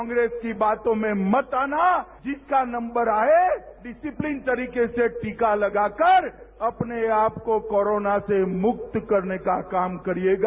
कांग्रेस की बातों में मत आना जिसका नंबर आए डिसिपिलिन तरीके से टीका लगाकर अपने आप को कोरोना से मुक्त करने का काम करिएगा